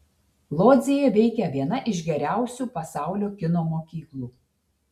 lodzėje veikia viena iš geriausių pasaulio kino mokyklų